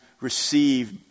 receive